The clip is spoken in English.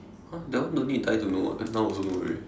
!huh! that one don't need die to know what now also know already